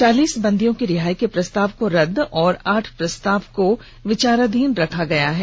चालीस बंदियों की रिहाई के प्रस्ताव को रदद एंव आठ प्रस्ताव को विचाराधीन रखा गया है